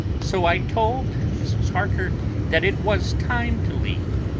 so i told mrs. harker that it was time to leave.